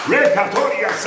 Rekatoria